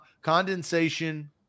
condensation